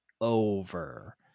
over